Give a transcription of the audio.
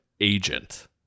agent